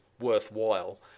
worthwhile